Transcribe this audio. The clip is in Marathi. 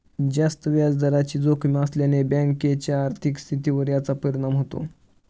जास्त व्याजदराची जोखीम असल्याने बँकेच्या आर्थिक स्थितीवर याचा परिणाम होतो